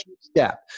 step